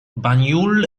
banjul